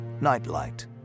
Nightlight